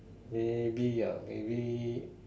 maybe ah maybe